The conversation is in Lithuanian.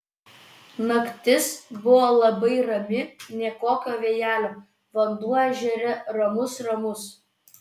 naktis buvo labai rami nė kokio vėjelio vanduo ežere ramus ramus